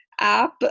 app